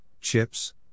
chips